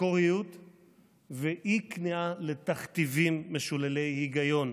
מקוריות ואי-כניעה לתכתיבים משוללי היגיון.